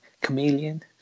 chameleon